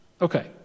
Okay